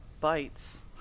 bites